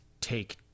take